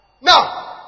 now